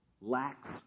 lacks